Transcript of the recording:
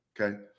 Okay